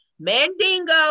Mandingo